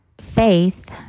faith